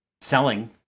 selling